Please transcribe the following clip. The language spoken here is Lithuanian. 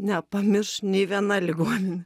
nepamirš nei viena ligoninė